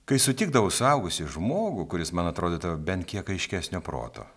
kai sutikdavau suaugusį žmogų kuris man atrodydavo bent kiek aiškesnio proto